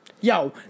Yo